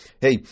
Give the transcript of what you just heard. Hey